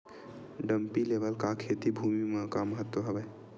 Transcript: Dumpy level का खेती भुमि म का महत्व हावे?